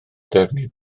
ddefnydd